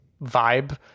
vibe